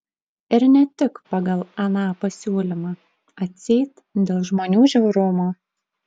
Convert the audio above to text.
ir ne tik pagal aną pasiūlymą atseit dėl žmonių žiaurumo